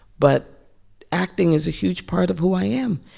but acting is a huge part of who i am.